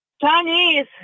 Chinese